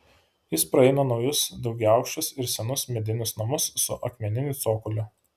jis praeina naujus daugiaaukščius ir senus medinius namus su akmeniniu cokoliu